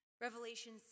Revelation